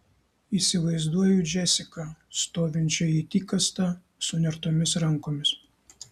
įsivaizduoju džesiką stovinčią it įkastą sunertomis rankomis